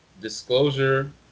Disclosure